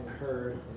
heard